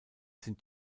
sind